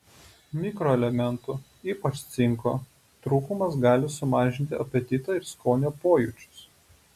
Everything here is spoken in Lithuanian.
mikroelementų ypač cinko trūkumas gali sumažinti apetitą ir skonio pojūčius